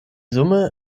summe